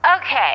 Okay